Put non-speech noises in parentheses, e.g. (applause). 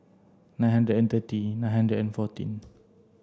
nine hundred and thirty nine hundred and fourteen (noise)